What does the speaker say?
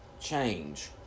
change